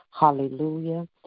Hallelujah